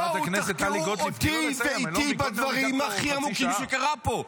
בואו תחקרו אותי ואיתי בדברים הכי עמוקים שקרו פה.